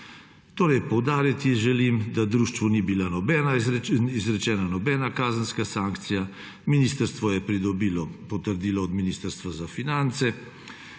interesu. Poudariti želim, da društvu ni bila izrečena nobena kazenska sankcija. Ministrstvo je pridobilo potrdilo Ministrstva za finance,